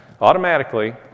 automatically